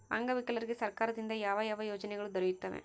ಅಂಗವಿಕಲರಿಗೆ ಸರ್ಕಾರದಿಂದ ಯಾವ ಯಾವ ಯೋಜನೆಗಳು ದೊರೆಯುತ್ತವೆ?